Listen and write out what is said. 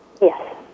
Yes